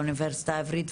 האוניברסיטה העברית.